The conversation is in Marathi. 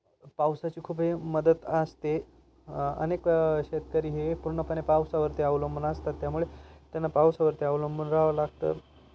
पावसाची खूप हे मदत असते अनेक शेतकरी हे पूर्णपणे पावसावरती अवलंबून असतात त्यामुळे त्यांना पावसावरती अवलंबून राहावं लागतं